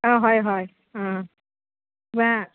অঁ হয় হয় অঁ কোৱা